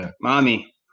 mommy